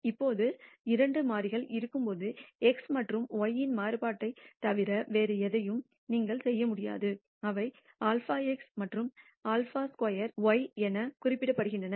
இப்போது இரண்டு மாறிகள் இருக்கும்போது x மற்றும் y இன் மாறுபாட்டைத் தவிர வேறு எதையும் நீங்கள் செய்ய முடியாது அவை σ2x மற்றும் σ2y என குறிக்கப்படுகின்றன